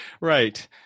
right